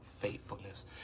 faithfulness